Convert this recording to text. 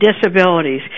Disabilities